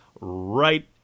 right